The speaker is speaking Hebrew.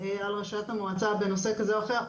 על ראשת המועצה בנושא כזה או אחר,